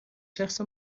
شخص